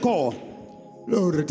Lord